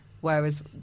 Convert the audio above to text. Whereas